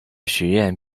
学院